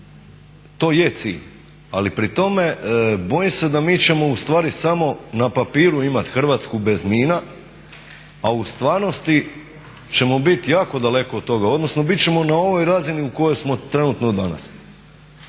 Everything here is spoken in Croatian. to je cilj, ali pri tome bojim se da mi ćemo ustvari samo na papiru imati Hrvatsku bez mina a u stvarnosti ćemo biti jako daleko od toga, odnosno biti ćemo na ovoj razini u kojoj smo trenutno danas.